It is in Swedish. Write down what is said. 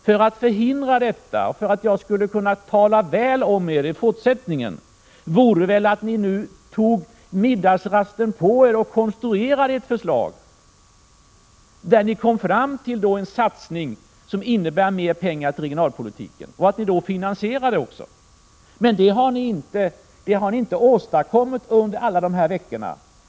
För att förhindra detta och för att jag skall kunna tala väl om er i fortsättningen borde ni ta middagsrasten på er för att konstruera ett förslag till en satsning som skulle innebära mera pengar till regionalpolitiken, och ni skulle då också finansiera detta. Men det har ni inte kunnat åstadkomma under alla dessa veckor.